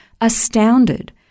astounded